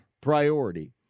priority